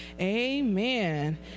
Amen